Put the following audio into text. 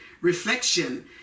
reflection